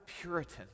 Puritan